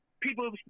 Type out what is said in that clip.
people